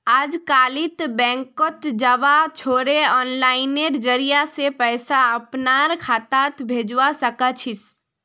अजकालित बैंकत जबा छोरे आनलाइनेर जरिय स पैसा अपनार खातात भेजवा सके छी